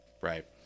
right